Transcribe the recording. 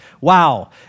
Wow